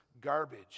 garbage